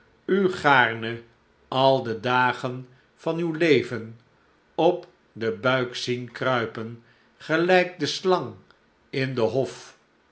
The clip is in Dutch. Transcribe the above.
u gaarne al de dagen van uw leven op den buik zien kruipen gelijk de slang in den hof